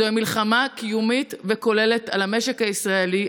זוהי מלחמה קיומית וכוללת על המשק הישראלי,